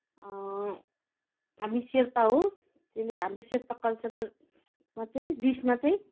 हामी शेर्पा हो त्यसले हाम्रो शेर्पा कल्चरमा चाहिँ डिसमा चाहिँ